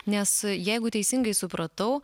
nes jeigu teisingai supratau